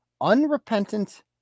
Unrepentant